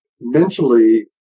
mentally